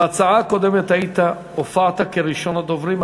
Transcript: בהצעה הקודמת הופעת כראשון הדוברים,